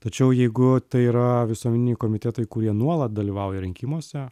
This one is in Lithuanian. tačiau jeigu tai yra visuomeniniai komitetai kurie nuolat dalyvauja rinkimuose